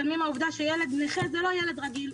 מתעלמים מן העובדה שילד נכה הוא לא ילד רגיל.